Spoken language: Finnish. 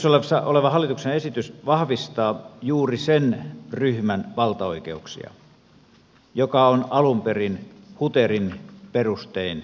käsittelyssä oleva hallituksen esitys vahvistaa juuri sen ryhmän valtaoikeuksia joka on alun perin huterin perustein muodostettu